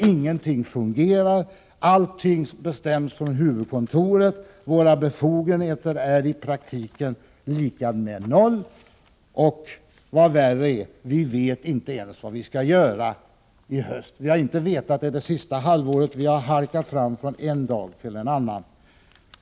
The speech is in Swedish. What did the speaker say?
Ingenting fungerar. Allting bestäms från huvudkontoret. Våra befogenheter är i praktiken lika med noll och — vad värre är — vi vet inte ens vad vi skall göra i höst. Vi har inte vetat det under det sista halvåret. Vi har hankat oss fram från den ena dagen till den andra.